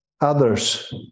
Others